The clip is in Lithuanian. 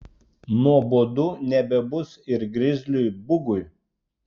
nuobodu nebebus ir grizliui bugui